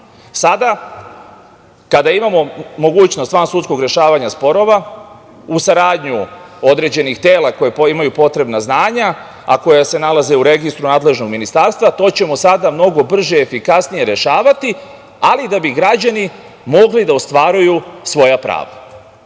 Sada, kada imamo mogućnost vansudskog rešavanja sporova, uz saradnju određenih tela koja imaju potrebna znanja, a koja se nalaze u registru nadležnog ministarstva, to ćemo sada mnogo brže i efikasnije rešavati, ali da bi građani mogli da ostvaruju svoja prava. Isto